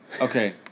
Okay